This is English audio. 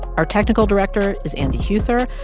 our technical director is andy huether.